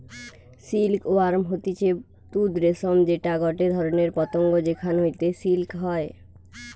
silk worm হতিছে তুত রেশম যেটা গটে ধরণের পতঙ্গ যেখান হইতে সিল্ক হয়